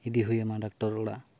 ᱤᱫᱤ ᱦᱩᱭᱟᱢᱟ ᱰᱟᱠᱴᱚᱨ ᱚᱲᱟᱜ